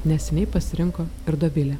neseniai pasirinko ir dovilė